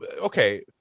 okay